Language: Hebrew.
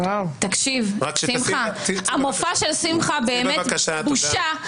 המופע של שמחה, באמת בושה.